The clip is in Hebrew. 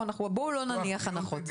בואו לא נניח הנחות.